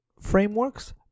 frameworks